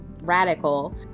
radical